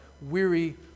weary